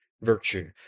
virtue